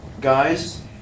guys